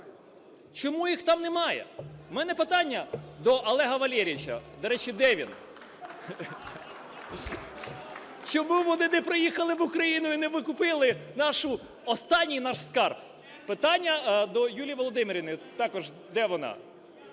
Чому їх там немає? У мене питання до Олега Валерійовича. До речі, де він? Чому вони не приїхали в Україну і не викупили останній наш скарб? Питання до Юлії Володимирівни. Також де вона?